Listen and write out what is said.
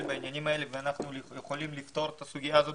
בעניינים האלה ואנחנו יכולים לפתור את הסוגיה הזאת